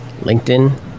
LinkedIn